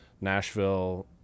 Nashville